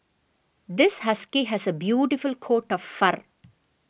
this husky has a beautiful coat of fur